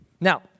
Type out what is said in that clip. Now